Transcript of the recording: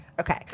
Okay